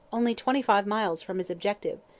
only twenty-five miles from his objective,